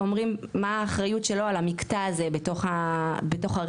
ואומרים מה האחריות שלו על המקטע הזה בתוך רצף